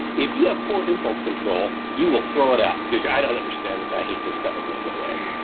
if you have poor impulse control, you will throw it out because, i don't understand this. i hate this stuff i'm going to go away.